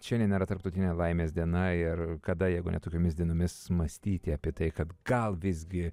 šiandien yra tarptautinė laimės diena ir kada jeigu ne tokiomis dienomis mąstyti apie tai kad gal visgi